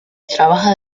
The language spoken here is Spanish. trabaja